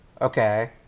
okay